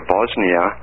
Bosnia